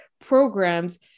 programs